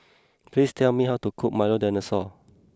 please tell me how to cook Milo Dinosaur